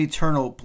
Eternal